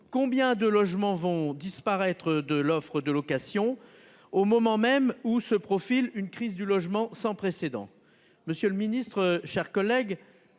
Combien de logements vont disparaître de l'offre de location au moment même où se profile une crise du logement sans précédent.